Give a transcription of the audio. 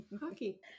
hockey